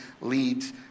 leads